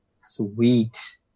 sweet